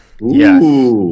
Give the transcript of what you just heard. Yes